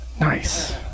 Nice